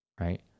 right